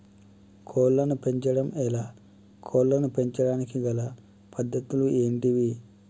కోళ్లను పెంచడం ఎలా, కోళ్లను పెంచడానికి గల పద్ధతులు ఏంటివి?